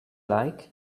like